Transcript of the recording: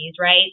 Right